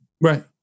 Right